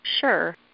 Sure